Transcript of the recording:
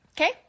Okay